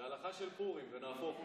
זאת הלכה של פורים, ונהפוך הוא.